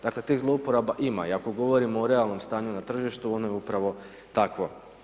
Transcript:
Dakle, tih zloporaba ima i ako govorimo o realnom stanju na tržištu, ono je upravo takvo.